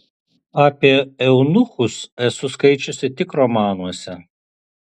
apie eunuchus esu skaičiusi tik romanuose